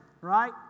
right